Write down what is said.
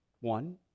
One